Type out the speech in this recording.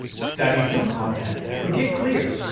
study some content, but get clear.